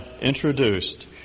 introduced